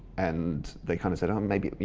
and they kind of said, um maybe.